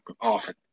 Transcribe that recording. often